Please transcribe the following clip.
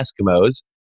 Eskimos